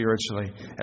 spiritually